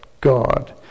God